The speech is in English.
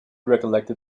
recollected